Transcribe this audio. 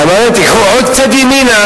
אמר להם: קחו עוד קצת ימינה,